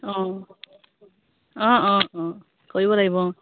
অঁ অঁ অঁ অঁ কৰিব লাগিব অঁ